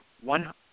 one